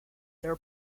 their